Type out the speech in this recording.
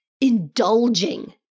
indulging